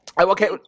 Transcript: Okay